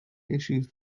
issues